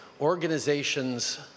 organizations